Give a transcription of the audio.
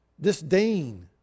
disdain